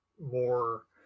more